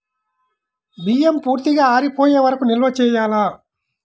బియ్యం పూర్తిగా ఆరిపోయే వరకు నిల్వ చేయాలా?